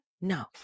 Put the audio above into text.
No